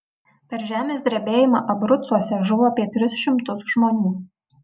per žemės drebėjimą abrucuose žuvo apie tris šimtus žmonių